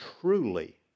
truly